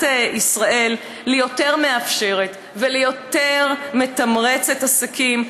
ישראל ליותר מאפשרת וליותר מתמרצת עסקים,